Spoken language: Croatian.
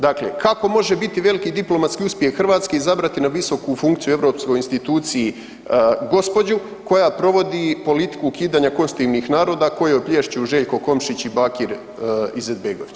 Dakle, kako može biti veliki diplomatski uspjeh Hrvatske izabrati na visoku funkciju u europskoj instituciji gospođu koja provodi politiku ukidanja konstitutivnih naroda kojoj plješću Željko Komšić i Bakir Izetbegović.